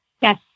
Yes